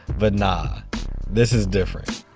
but nah this is different.